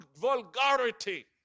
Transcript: vulgarity